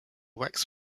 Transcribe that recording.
wax